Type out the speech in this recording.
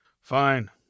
Fine